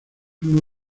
uno